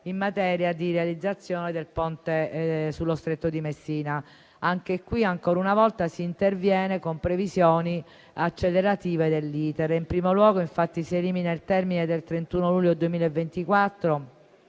in materia di realizzazione del Ponte sullo Stretto di Messina. Anche qui, ancora una volta, si interviene con previsioni accelerate dell'*iter*. In primo luogo, infatti, si elimina il termine del 31 luglio 2024